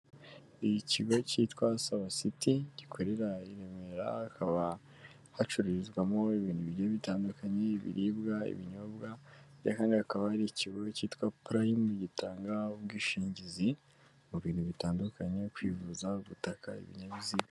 Ikigo cyitwa sawa siti gikorera i Remera, hakaba hacururizwamo ibintu bigiye bitandukanye ibiribwa, ibinyobwa. Aha ngaha hakaba hari ikigo cyitwa purayime gitanga ubwishingizi mu bintu bitandukanye kwivuza, ubutaka, ibinyabiziga.